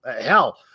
hell